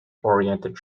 oriented